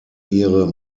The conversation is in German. ihre